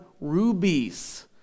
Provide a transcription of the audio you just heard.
rubies